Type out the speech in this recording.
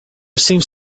seemed